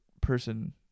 person